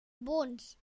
bonds